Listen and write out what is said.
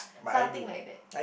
something like that